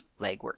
legwork